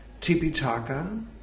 Tipitaka